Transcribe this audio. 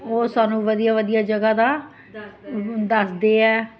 ਉਹ ਸਾਨੂੰ ਵਧੀਆ ਵਧੀਆ ਜਗ੍ਹਾ ਦਾ ਦੱਸਦੇ ਹੈ